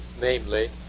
Namely